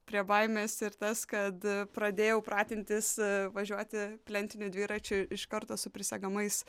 prie baimės ir tas kad pradėjau pratintis važiuoti plentiniu dviračiu iš karto su prisegamais